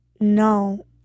no